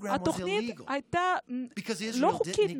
התוכנית הזאת הייתה לא חוקית,